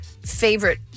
favorite